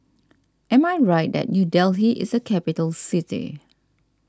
am I right that New Delhi is a capital city